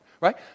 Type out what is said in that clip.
Right